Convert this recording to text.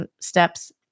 steps